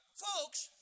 Folks